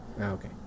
Okay